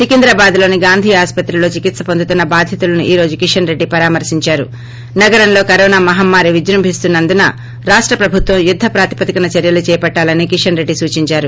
సికింద్రాబాద్లోని గాంధీ ఆస్సత్రిలో చికీత్స పొందుతున్న బాధితులను ఈ రోజు కిషన్రెడ్డి పరామర్పించారు నగరంలో కరోనా మహమ్మారి విజృంభిస్తున్న ందున రాష్ట ప్రభుత్వం యుద్గప్రాతిపదికన చర్చలు చేపట్టాలని కిషన్రెడ్డి సూచించారు